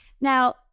Now